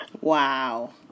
Wow